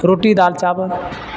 روٹی دال چاول